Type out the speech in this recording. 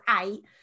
eight